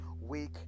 weak